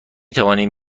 توانیم